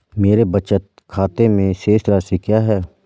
मेरे बचत खाते में शेष राशि क्या है?